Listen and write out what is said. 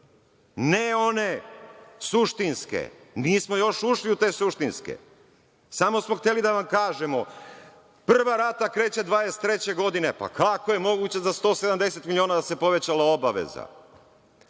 ne one suštinske. Nismo još ušli u te suštinske. Samo smo hteli da vam kažemo, prva rata kreće dvadeset treće godine. Pa, kako je moguće za 170 miliona da se povećala obaveza?